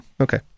Okay